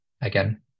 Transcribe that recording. again